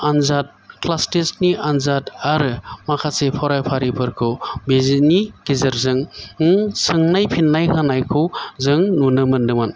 आनजाद class test नि आन्जाद आरो माखासे फरा फारिफोरखौ बिदिनि गेजेरजों सोंनाय फिन्नाय होनायखौ जों नुनो मोन्दोंमोन